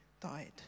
died